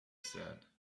said